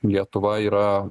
lietuva yra